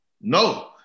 no